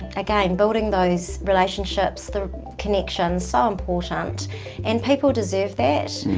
again, building those relationships, the connections so important and people deserve that.